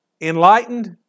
Enlightened